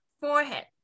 forehead